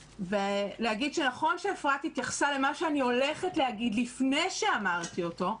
ולהגיד שנכון שאפרת התייחסה למה שאני הולכת להגיד לפני שאמרתי אותו,